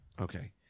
okay